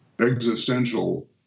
existential